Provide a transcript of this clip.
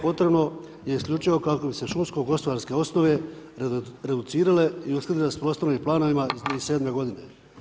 Potrebno je isključivo kako bi se šumsko-gospodarske osnove reducirale i uskladile s prostornim planovima iz 2007. godine.